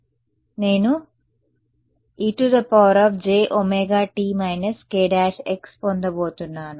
కాబట్టి నేను expjωt k′x పొందబోతున్నాను